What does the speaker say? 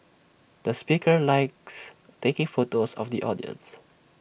the speaker likes taking photos of the audience